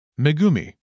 Megumi